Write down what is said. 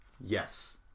Yes